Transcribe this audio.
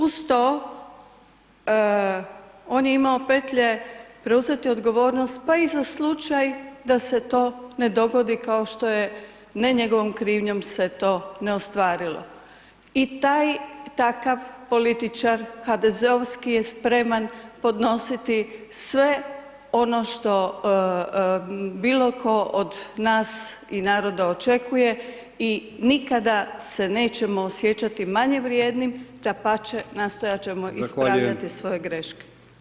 Uz to on je imao petlje preuzeti odgovornost pa i za slučaj da se to ne dogodi kao što je, ne njegovom krivnjom, se to ne ostvarilo i taj, takav političar HDZ-ovski je spreman podnositi sve ono što bilo ko od nas i naroda očekuje i nikada se nećemo osjećati manje vrijednim, dapače, nastojat ćemo [[Upadica: Zahvaljujem]] ispravljati svoje greške.